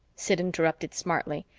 sid interrupted smartly.